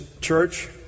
church